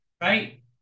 right